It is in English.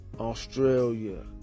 Australia